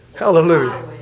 Hallelujah